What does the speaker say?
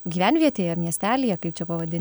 gyvenvietėje miestelyje kaip čia pavadin